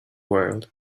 world